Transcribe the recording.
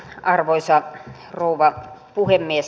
arvoisa rouva puhemies